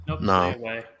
No